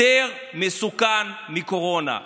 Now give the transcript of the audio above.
יותר מסוכן מקורונה.